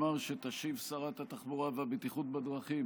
אמר שתשיב שרת התחבורה והבטיחות בדרכים,